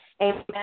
Amen